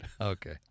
Okay